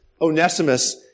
Onesimus